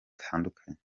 hatandukanye